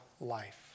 life